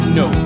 no